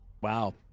Wow